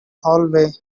hallway